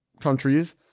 countries